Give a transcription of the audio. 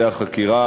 ההחלטה?